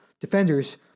defenders